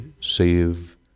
save